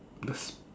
because